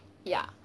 ya